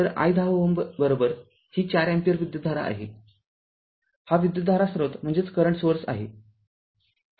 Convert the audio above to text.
तर i १० Ω ही ४ ampere विद्युतधारा आहे हा विद्युतधारा स्रोत आहे हा ४ अँपिअर आहे